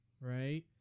right